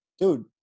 dude